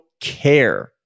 care